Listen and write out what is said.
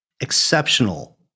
exceptional